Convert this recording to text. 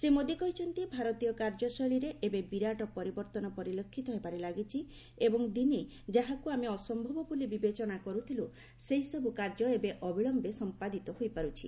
ଶ୍ରୀ ମୋଦି କହିଛନ୍ତି ଭାରତୀୟ କାର୍ଯ୍ୟଶୈଳୀରେ ଏବେ ବିରାଟ ପରିବର୍ତ୍ତନ ପରିଲକ୍ଷିତ ହେବାରେ ଲାଗିଛି ଏବଂ ଦିନେ ଯାହାକୁ ଆମେ ଅସ୍ୟବ ବୋଲି ବିବଚେନା କରୁଥିଲୁ ସେହିସବୁ କାର୍ଯ୍ୟ ଏବେ ଅବିଳୟେ ସମ୍ପାଦିତ ହୋଇପାରୁଛି